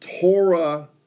Torah